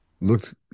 looked